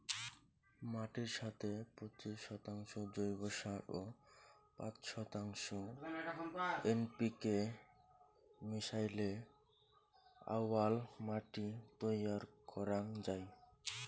মাটির সথে পঁচিশ শতাংশ জৈব সার ও পাঁচ শতাংশ এন.পি.কে মিশাইলে আউয়াল মাটি তৈয়ার করাং যাই